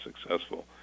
successful